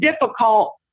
difficult